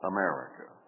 America